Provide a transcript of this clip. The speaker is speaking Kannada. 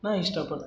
ನಾ ಇಷ್ಟಪಡ್ತೀನಿ